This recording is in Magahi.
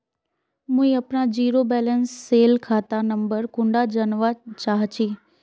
मुई अपना जीरो बैलेंस सेल खाता नंबर कुंडा जानवा चाहची?